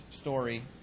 story